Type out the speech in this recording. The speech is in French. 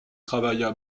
travailla